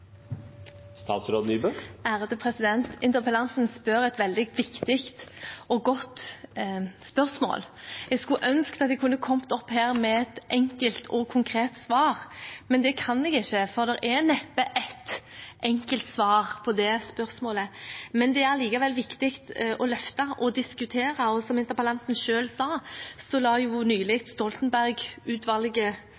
Interpellanten stiller et veldig viktig og godt spørsmål. Jeg skulle ønske at jeg kunne kommet opp her med et enkelt og konkret svar, men det kan jeg ikke. Det er neppe ett enkelt svar på det spørsmålet, men det er allikevel viktig å løfte og diskutere det. Som interpellanten sa, la Stoltenberg-utvalget nylig